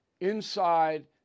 inside